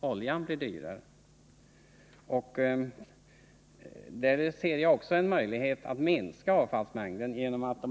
oljan blir dyrare. Jag ser också en möjlighet att minska avfallsmängden genom attt.ex.